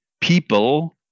people